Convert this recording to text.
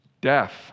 Death